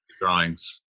drawings